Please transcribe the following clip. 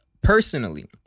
personally